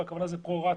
אבל הכוונה זה פרו רטה,